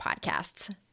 podcasts